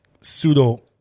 pseudo